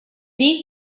dir